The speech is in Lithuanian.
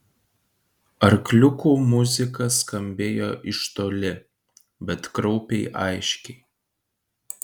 arkliukų muzika skambėjo iš toli bet kraupiai aiškiai